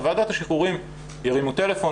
שוועדת השחרורים ירימו טלפון,